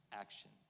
action